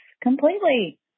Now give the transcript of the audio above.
completely